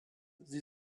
sie